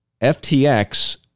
FTX